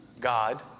God